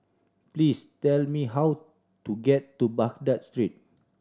please tell me how to get to Baghdad Street